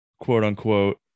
quote-unquote